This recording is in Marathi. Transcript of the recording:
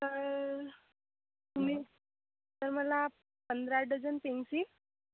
तर तुम्ही तर मला पंधरा डझन पेन्सिल